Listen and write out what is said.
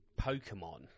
Pokemon